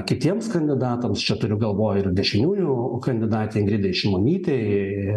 kitiems kandidatams čia turiu galvoj ir dešiniųjų kandidatei ingridai šimonytei